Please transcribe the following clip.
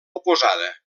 oposada